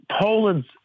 Poland's